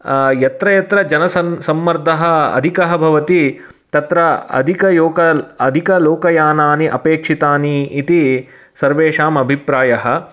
यत्र यत्र जन सन् सम्मर्दः अधिकः भवति तत्र अधिक योकल् अधिकलोकयानानि अपेक्षितानि इति सर्वेषां अभिप्रायः